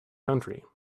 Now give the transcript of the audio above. country